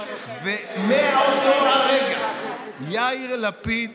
ומאותו הרגע יאיר לפיד